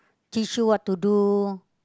teach you what to do